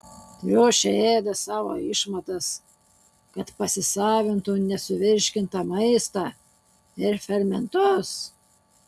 triušiai ėda savo išmatas kad pasisavintų nesuvirškintą maistą ir fermentus